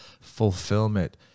fulfillment